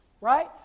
right